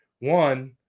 One